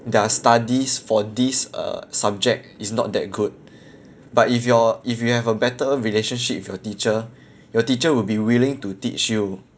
their studies for these uh subject is not that good but if your if you have a better relationship with your teacher your teacher will be willing to teach you